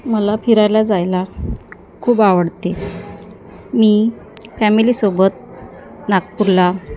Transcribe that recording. मला फिरायला जायला खूप आवडते मी फॅमिलीसोबत नागपूरला